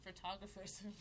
photographers